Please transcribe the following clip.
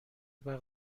برق